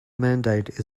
mandate